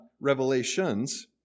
Revelations